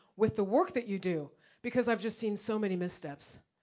with the work that you do because i've just seen so many missteps.